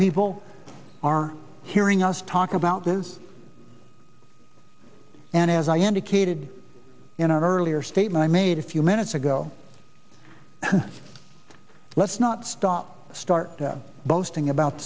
people are hearing us talk about this and as i indicated in our earlier statement i made a few minutes ago let's not stop start boasting about